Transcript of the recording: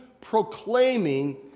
proclaiming